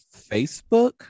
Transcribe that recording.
Facebook